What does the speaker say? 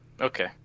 Okay